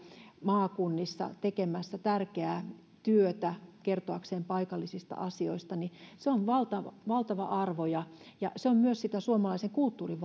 maakunnissa tekemässä tärkeää työtä kertoakseen paikallisista asioista on valtava valtava arvo ja ja se on myös sitä suomalaisen kulttuurin